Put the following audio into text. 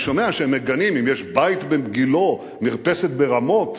אני שומע שהם מגנים אם יש בית בגילה, מרפסת ברמות.